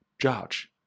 judge